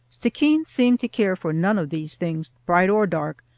stickeen seemed to care for none of these things, bright or dark,